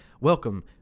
Welcome